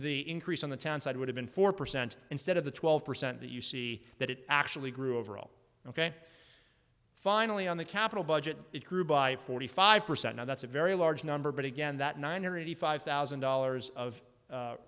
the increase on the town side would have been four percent instead of the twelve percent that you see that it actually grew overall ok finally on the capital budget it grew by forty five percent now that's a very large number but again that nine hundred eighty five thousand dollars of